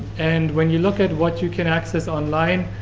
and when you look at what you can access online,